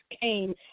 came